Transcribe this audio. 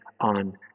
on